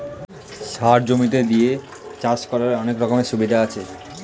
সার জমিতে দিয়ে চাষ করার অনেক রকমের সুবিধা আছে